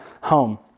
home